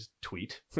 tweet